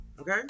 Okay